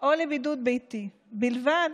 או לבידוד ביתי ובלבד